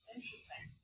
Interesting